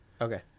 Okay